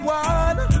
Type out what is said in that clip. one